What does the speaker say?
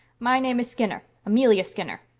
my name is skinner amelia skinner.